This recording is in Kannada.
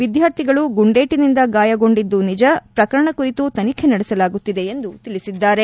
ವಿದ್ಯಾರ್ಥಿಗಳು ಗುಂಡೇಟಿನಿಂದ ಗಾಯಗೊಂಡಿದ್ದು ನಿಜ ಪ್ರಕರಣ ಕುರಿತು ತನಿಖೆ ನಡೆಸಲಾತ್ತಿದೆ ಎಂದು ತಿಳಿಸಿದ್ದಾರೆ